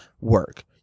work